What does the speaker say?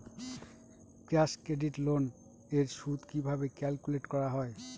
Cash credit loan এর সুদ কিভাবে ক্যালকুলেট করা হয়?